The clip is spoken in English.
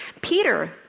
peter